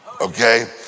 Okay